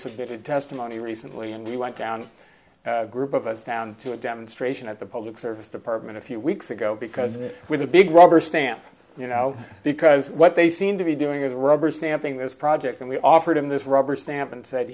submitted testimony recently and you went down a group of us down to a demonstration at the public service department a few weeks ago because it with a big rubber stamp you know because what they seem to be doing is rubber stamping this project and we offered him this rubber stamp and said